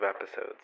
episodes